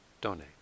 donate